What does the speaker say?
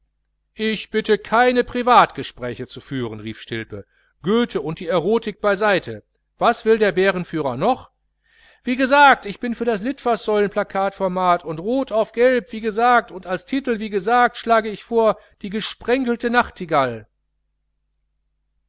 ich bitte keine privatgespräche zu führen rief stilpe goethe und die erotik beiseite was will der bärenführer noch wie gesagt ich bin für das littfaßsäulenplakatformat und rot auf gelb wie gesagt und als titel wie gesagt schlage ich vor die gesprenkelte nachtigall